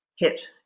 hit